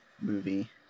movie